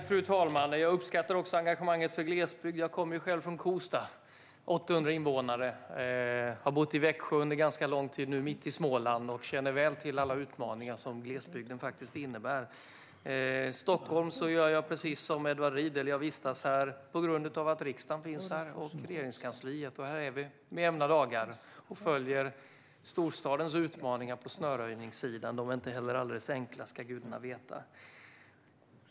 Fru talman! Jag uppskattar engagemanget för glesbygden. Jag kommer själv från Kosta, som har 800 invånare, och har bott i Växjö, mitt i Småland, under ganska lång tid nu. Jag känner väl till alla utmaningar som finns i glesbygden. Jag vistas, precis om Edward Riedl, i Stockholm på grund av att riksdagen och Regeringskansliet finns här. Här följer vi också storstadens utmaningar med snöröjning. De är inte heller alldeles enkla; det ska gudarna veta.